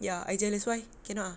ya I jealous why cannot ah